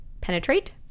Penetrate